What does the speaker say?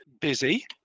Busy